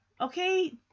Okay